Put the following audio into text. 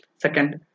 second